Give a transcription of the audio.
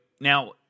Now